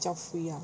比较 free lah